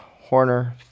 Horner